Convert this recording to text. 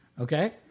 Okay